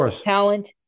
talent